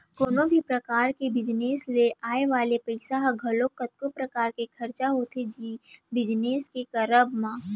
कोनो भी परकार के बिजनेस ले आय वाले पइसा ह घलौ कतको परकार ले खरचा होथे बिजनेस के करब म